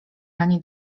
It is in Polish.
ani